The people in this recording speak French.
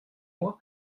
moi